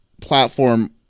platform